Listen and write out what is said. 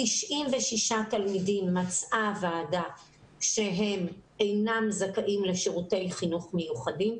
96 תלמידים מצאה הוועדה שהם אינם זכאים לשירותי חינוך מיוחדים.